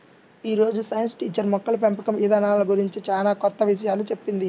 యీ రోజు science teacher మొక్కల పెంపకం ఇదానాల గురించి చానా కొత్త విషయాలు చెప్పింది